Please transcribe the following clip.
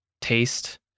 taste